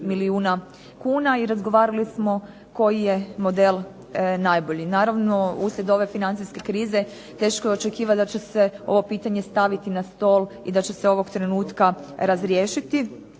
milijuna kuna i razgovarali smo koji je model najbolji. Naravno uslijed ove financijske krize teško je očekivati da će se ovo pitanje staviti na stol i da će se ovog trenutka razriješiti.